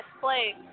play